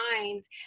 minds